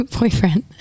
boyfriend